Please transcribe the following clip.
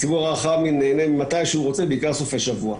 הציבור הרחב נהנה מתי שהוא רוצה, בעיקר סופי שבוע.